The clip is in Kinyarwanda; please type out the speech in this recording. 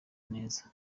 neza